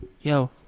yo